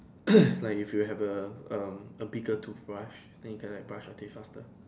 like if you have um a bigger toothbrush think can that brush taste after